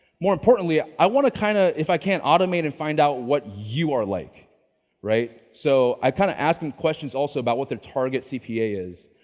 more importantly, i want to, kind of, if i can automate and find out what you are like right. so i kind of ask them questions also about what their target cpa is,